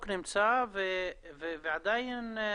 אלי.